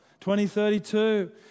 2032